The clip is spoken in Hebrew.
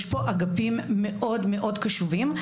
יש פה אגפים מאוד קשובים.